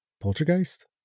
poltergeist